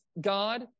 God